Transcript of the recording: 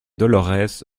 dolorès